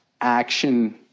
action